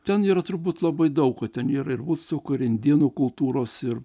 ten yra turbūt labai daug ko ten yra ir sukuria indėnų kultūros ir